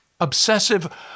Obsessive